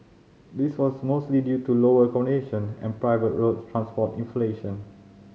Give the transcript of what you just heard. this was mostly due to lower accommodation and private road transport inflation